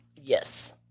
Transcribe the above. Yes